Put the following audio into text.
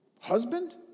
Husband